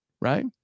right